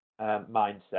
mindset